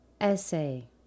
Essay